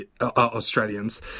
Australians